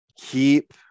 Keep